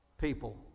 people